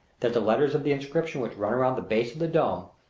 that the letters of the inscription which run around the base of the dome,